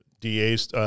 DA's